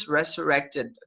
resurrected